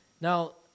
Now